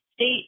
state